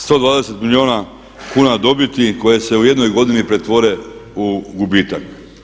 120 milijuna kuna dobiti koje se u jednoj godini pretvore u gubitak.